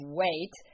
wait